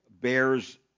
bears